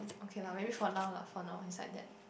okay lah maybe for now lah for now is like that